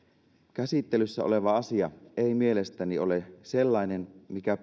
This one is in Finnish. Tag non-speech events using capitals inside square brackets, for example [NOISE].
käsittelyssä oleva asia ei mielestäni ole sellainen mikä [UNINTELLIGIBLE]